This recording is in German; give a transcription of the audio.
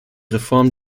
reform